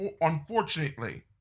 Unfortunately